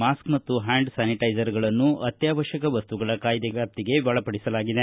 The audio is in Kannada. ಮಾಸ್ಕ್ ಮತ್ತು ಹ್ಯಾಂಡ್ ಸ್ಥಾನಿಟ್ಟೆಸರ್ಗಳನ್ನು ಅತ್ಥಾವತ್ಥಕ ಮಸ್ತುಗಳ ಕಾಯ್ಲೆ ವ್ಯಾಪ್ತಿಗೆ ಒಳಪಡಿಸಲಾಗಿದೆ